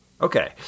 Okay